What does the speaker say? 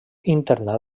internat